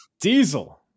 Diesel